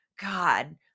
God